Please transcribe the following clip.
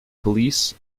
police